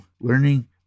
learning